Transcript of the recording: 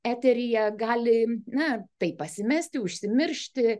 eteryje gali ne taip pasimesti užsimiršti